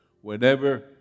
whenever